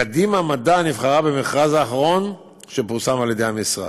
קדימה מדע נבחרה במכרז האחרון שפורסם על ידי המשרד.